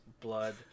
blood